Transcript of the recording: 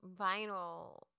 vinyl